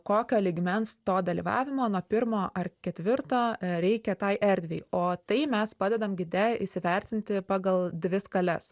kokio lygmens to dalyvavimo nuo pirmo ar ketvirto reikia tai erdvei o tai mes padedam gide įsivertinti pagal dvi skales